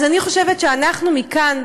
אז אני חושבת שאנחנו מכאן,